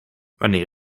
wanneer